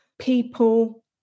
People